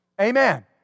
Amen